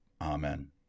Amen